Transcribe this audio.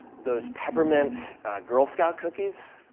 those peppermint girl scout cookies,